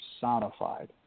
personified